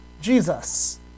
Jesus